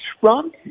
Trump